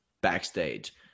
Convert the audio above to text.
backstage